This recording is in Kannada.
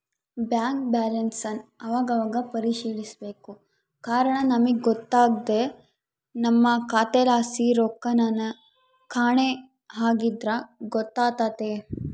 ಬ್ಯಾಂಕ್ ಬ್ಯಾಲನ್ಸನ್ ಅವಾಗವಾಗ ಪರಿಶೀಲಿಸ್ಬೇಕು ಕಾರಣ ನಮಿಗ್ ಗೊತ್ತಾಗ್ದೆ ನಮ್ಮ ಖಾತೆಲಾಸಿ ರೊಕ್ಕೆನನ ಕಾಣೆ ಆಗಿದ್ರ ಗೊತ್ತಾತೆತೆ